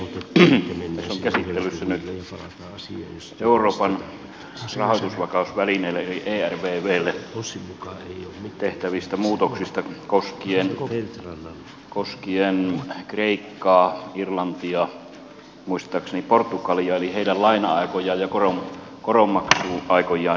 tässä ovat käsittelyssä nyt euroopan rahoitusvakausvälineelle eli ervvlle tehtävät muutokset koskien kreikkaa irlantia muistaakseni portugalia eli heidän laina aikojaan ja koronmaksuaikojaan jatkettaisiin